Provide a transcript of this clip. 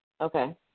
Okay